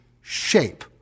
shape